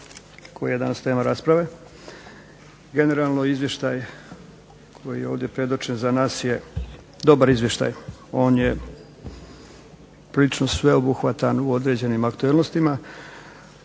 koje je danas tema rasprave. Generalno izvještaj koji je ovdje predočen za nas je dobar izvještaj. On je prilično sveobuhvatan u određenim aktualnostima,